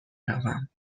روم